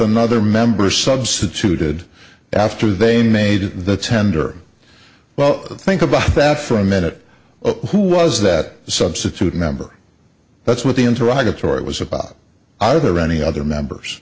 another member substituted after they made the tender well think about that for a minute who was that substitute member that's what the into rockets or it was about other any other members